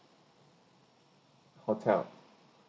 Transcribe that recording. hotel